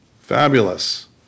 Fabulous